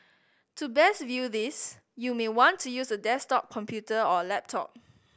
to best view this you may want to use a desktop computer or a laptop